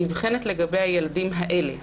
נבחנת לגבי הילדים האלה,